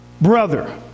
brother